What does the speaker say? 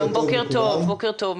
בוקר טוב.